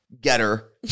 getter